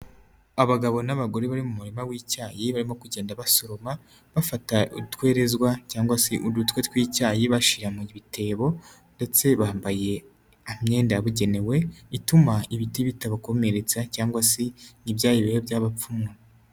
Abagabo n'abagore bari mu murima w'icyayi barimo kugenda basoroma, bafata utwerezwa cyangwa se udutwe tw'icyayi bashira mu ibitebo ndetse bambaye imyenda yabugenewe ituma ibiti bitabakomeretsa cyangwa se ibyayi bibe by'abapfumura.